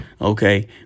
Okay